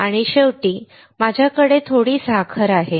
आणि शेवटी आमच्याकडे थोडी साखर आहे